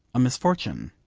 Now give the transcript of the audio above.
a misfortune,